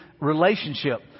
relationship